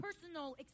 personal